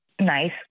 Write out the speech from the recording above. Nice